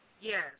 Yes